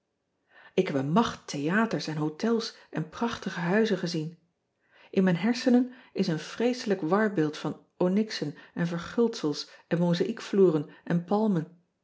k heb een macht theaters en hotels en prachtige huizen gezien n mijn hersenen is een vreeselijk warbeeld van onyxen en verguldsels en mozaïekvloeren en palmen